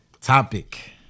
topic